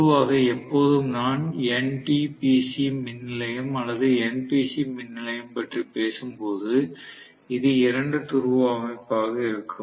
பொதுவாக எப்போதும் நான் NTPC மின் நிலையம் அல்லது NPC மின் நிலையம் பற்றி பேசும்போது இது இரண்டு துருவ அமைப்பாக இருக்கும்